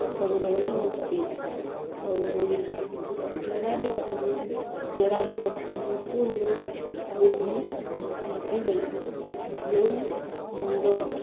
ରକ୍ତ ବଦଳରେ ମୁକ୍ତି ଆଉ ଜରା ନିବାସରେ ଜରାରେ ତ ସମ୍ପୂର୍ଣ୍ଣ ବୃଦ୍ଧି ପାଲଟି ଗଲେ ଯେଉଁ ମୁଣ୍ଡ